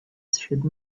should